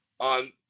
on